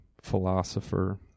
philosopher